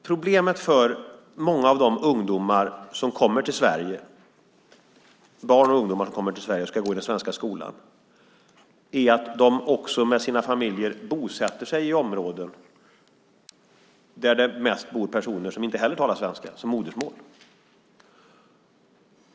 Problemet för många av de barn och ungdomar som kommer till Sverige och ska gå i den svenska skolan är att de med sina familjer bosätter sig i områden där det mest bor personer som inte heller har svenska som modersmål.